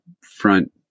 front